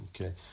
Okay